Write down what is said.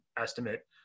estimate